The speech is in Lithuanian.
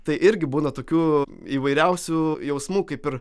tai irgi būna tokių įvairiausių jausmų kaip ir